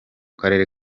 karere